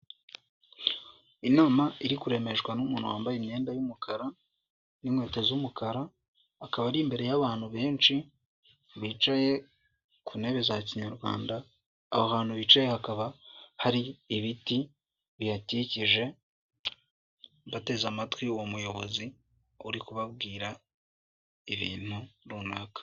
Inama iri kuremeshwa n'umuntu wambaye imyenda y'umukara n'inkweto z'umukara akaba ari imbere y'abantu benshi bicaye ku ntebe za kinyarwanda aho hantu bicaye hakaba hari ibiti bihakikije bateze amatwi uwo muyobozi uri kubabwira ibintu runaka .